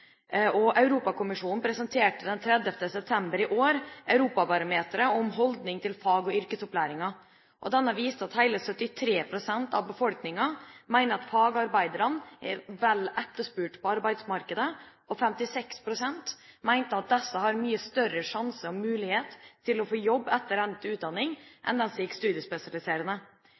Europakommisjonen presenterte den 30. september i år Europabarometeret om holdning til fag- og yrkesopplæringen. Det viste at hele 73 pst. av befolkningen mener at fagarbeiderne er vel etterspurt på arbeidsmarkedet. 56 pst. mente at disse har mye større sjanse til å få jobb etter endt utdanning enn de som gikk studiespesialiserende